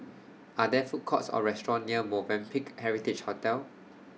Are There Food Courts Or restaurants near Movenpick Heritage Hotel